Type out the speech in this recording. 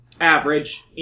Average